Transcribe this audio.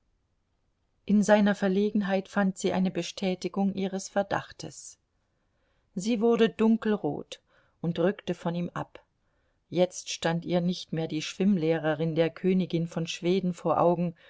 in seiner verlegenheit fand sie eine bestätigung ihres verdachtes sie wurde dunkelrot und rückte von ihm ab jetzt stand ihr nicht mehr die schwimmlehrerin der königin von schweden vor augen